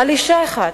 על אשה אחת,